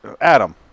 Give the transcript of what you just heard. Adam